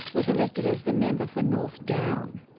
was elected as the member for north down.